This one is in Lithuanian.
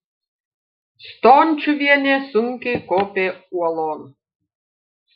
stončiuvienė sunkiai kopė uolon